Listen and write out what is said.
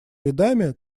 рядами